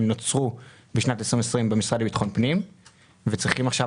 הם נוצרו בשנת 2020 במשרד לביטחון פנים וצריכים עכשיו